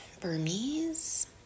Burmese